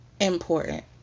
Important